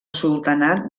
sultanat